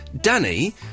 Danny